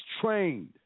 trained